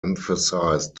emphasized